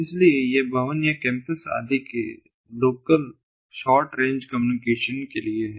इसलिए यह भवन या कैंपस आदि के लोकल शॉर्ट रेंज कम्युनिकेशन के लिए है